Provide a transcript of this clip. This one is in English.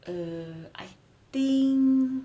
uh I think